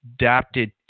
adapted